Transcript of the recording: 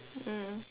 mm